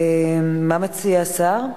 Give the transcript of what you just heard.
מה מציע השר?